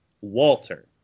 Walter